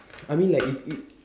I mean like if it